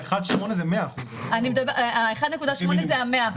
לא, 1.8 זה 100%. 1.8 זה ה-100%.